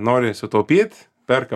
nori sutaupyt perka